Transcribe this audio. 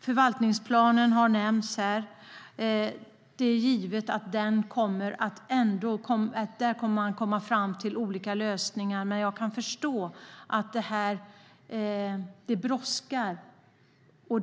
Förvaltningsplanen har nämnts, och där kommer man att komma fram till olika lösningar. Jag förstår dock att det brådskar.